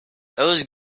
those